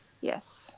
Yes